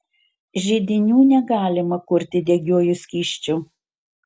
židinių negalima kurti degiuoju skysčiu